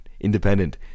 independent